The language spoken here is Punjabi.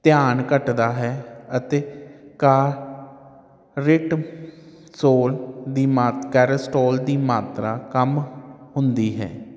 ਧਿਆਨ ਘੱਟਦਾ ਹੈ ਅਤੇ ਕਾਰਿਟ ਸੋਲ ਦੀ ਮਾਤ ਕ੍ਰੈਸਟੋਲ ਦੀ ਮਾਤਰਾ ਕਮ ਹੁੰਦੀ ਹੈ